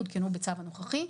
עודכנו בצו הנוכחי.